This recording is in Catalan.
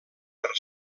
per